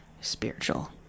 spiritual